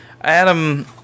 Adam